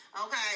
okay